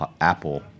apple